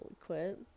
quit